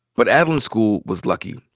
but adeline's school was lucky.